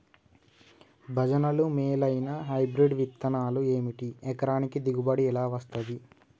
భజనలు మేలైనా హైబ్రిడ్ విత్తనాలు ఏమిటి? ఎకరానికి దిగుబడి ఎలా వస్తది?